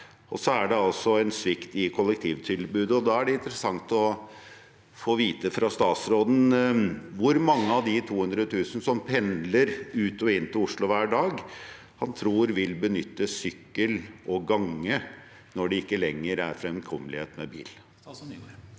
og så er det altså en svikt i kollektivtilbudet. Da er det interessant å få vite fra statsråden: Hvor mange av de 200 000 som pendler ut og inn til Oslo hver dag, tror han vil benytte sykkel og gange når det ikke lenger er framkommelighet med bil?